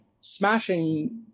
smashing